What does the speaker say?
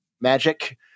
magic